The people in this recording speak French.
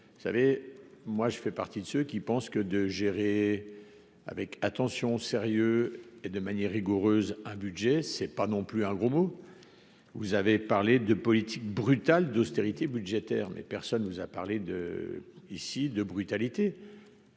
vous savez, moi je fais partie de ceux qui pensent que de gérer avec attention, sérieux et de manière rigoureuse, un budget c'est pas non plus un gros mot, vous avez parlé de politique brutale d'austérité budgétaire mais personne nous a parlé de ici de brutalité,